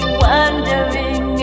wondering